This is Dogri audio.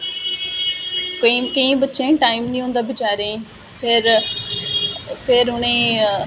केंई बच्चे गी टाइम नेई होंदा बेचारें गी फिर फिर उनेंगी